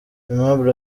aimable